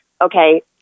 okay